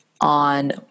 on